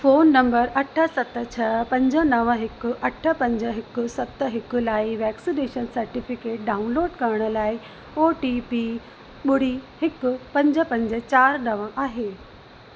phone number अठ सत छह पंज नव हिकु अठ पंज हिकु सत हिकु लाइ वैक्सीनेशन सर्टिफिकेट डाउनलोड करण लाइ ओ टी पी ॿुड़ी हिकु पंज पंज चारि नव आहे